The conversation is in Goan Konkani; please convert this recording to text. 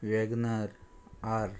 Wagon R R